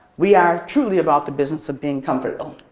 we are truly about the business of being comfortable.